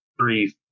three